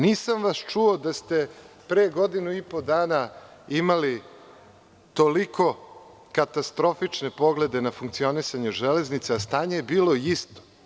Nisam vas čuo da ste pre godinu i po dana imali toliko katastrofične poglede na funkcionisanje železnica, a stanje je bilo isto.